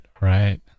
right